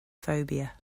phobia